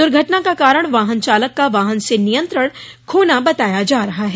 दुर्घटना का कारण वाहन चालक का वाहन से नियंत्रण खोना बताया जा रहा है